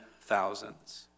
thousands